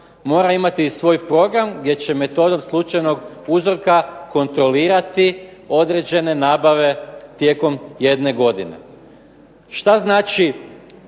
mora imati i svoj program gdje će metodom slučajnog uzorka kontrolirati određene nabave tijekom jedne godine. Šta znači